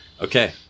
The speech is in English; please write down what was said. Okay